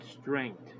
strength